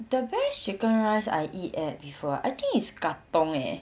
the best chicken rice I eat at before I think is katong eh